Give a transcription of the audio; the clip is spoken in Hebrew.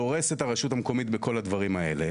דורס את הרשות המקומית בכל הדברים האלה.